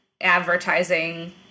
Advertising